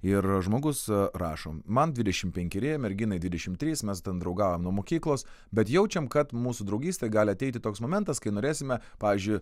ir žmogus rašo man dvidešimt penkeri merginai dvidešimt trys mes ten draugavom nuo mokyklos bet jaučiam kad mūsų draugystėj gali ateiti toks momentas kai norėsime pavyzdžiui